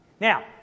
Now